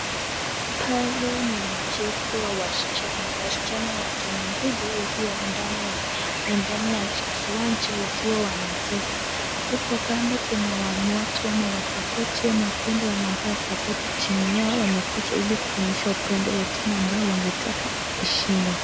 Pale ni mchezo wa wasichana. Wasichana wa timu mbili wakiwa ndani ya ndani ya kiwanja wakiwa wanacheza. Huku kando kuna watu ama wasupporti ama upendo wanapea supporti timu yao wamekuja ili kuonyesha upendo wa timu ambayo wangetaka ishinde.